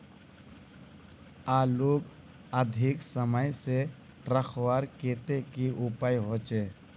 आलूक अधिक समय से रखवार केते की उपाय होचे?